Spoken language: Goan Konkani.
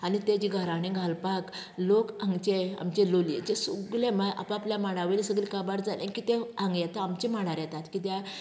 आनी तेजें गाराणें घालपाक लोक हांगचे जे लोलयेचे सगले म्हळ्यार आपआपल्या मांडावयले सगले काबार जालें की ते हांगा येतात आमच्या मांडार येतात कित्याक